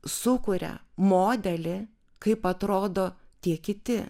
sukuria modelį kaip atrodo tie kiti